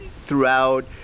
throughout